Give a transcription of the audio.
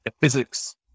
physics